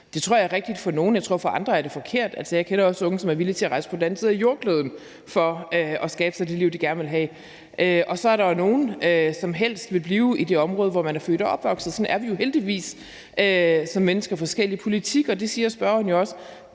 Det tror jeg er rigtigt for nogle, og jeg tror, at for andre er det forkert. Altså, jeg kender også unge, som er villige til at rejse til den anden side af jordkloden for at skabe sig det liv, de gerne vil have, og så er der jo nogle, som helst vil blive i det område, hvor de er født og opvokset. Sådan er vi jo heldigvis som mennesker forskellige. Politik, og det siger spørgeren jo også,